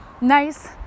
nice